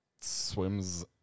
swims